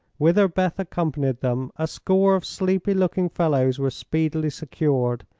whither beth accompanied them, a score of sleepy looking fellows were speedily secured,